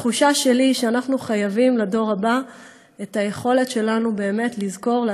התחושה שלי היא שאנחנו חייבים לדור הבא את היכולת שלנו באמת לזכור,